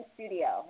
Studio